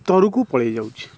ତଳକୁ ପଳାଇ ଯାଉଛି